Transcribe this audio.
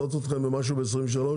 בנאדם מכר את המקום ועבר למקום אחר,